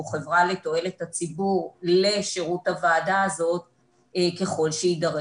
שהוא חברה לתועלת הציבור לשירות הוועדה הזאת ככל שיידרש.